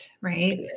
right